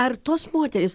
ar tos moterys